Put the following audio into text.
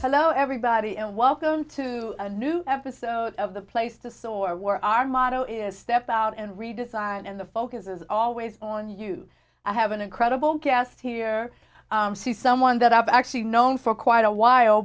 hello everybody and welcome to a new episode of the place to so i wore our motto is step out and redesign and the focus is always on you i have an incredible guest here see someone that i've actually known for quite a while